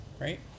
right